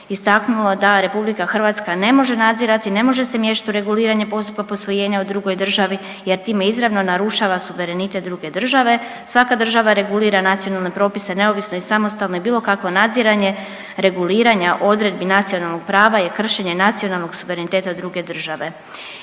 istaknulo da RH ne može nadzirati, ne može se miješati u regulirati postupak posvojenja u drugoj državi jer time izravno narušava suverenitet druge države. Svaka država regulira nacionalne propise neovisno i samostalno i bilo kakvo nadziranje reguliranja odredbi nacionalnog prava je kršenje nacionalnog suvereniteta druge države